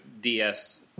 DS